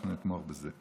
אנחנו נתמוך בזה.